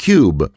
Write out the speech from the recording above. Cube